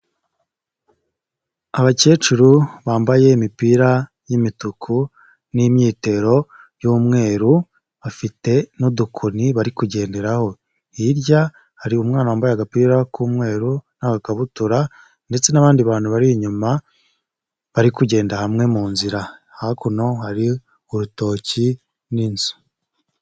Abakecuru bambaye imipira y'imituku n'imyitero y'umweru, bafite n'udukoni bari kugenderaho, hirya hari umwana wambaye agapira k'umweru n'agakabutura, ndetse n'abandi bantu bari inyuma bari kugenda hamwe mu nzira, hakuno hari urutoki n'inzu.